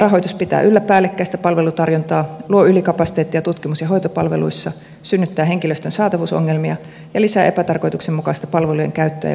monikanavarahoitus pitää yllä päällekkäistä palvelutarjontaa luo ylikapasiteettia tutkimus ja hoitopalveluissa synnyttää henkilöstön saatavuusongelmia ja lisää epätarkoituksenmukaista palvelujen käyttöä ja kokonaiskustannuksia